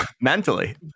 Mentally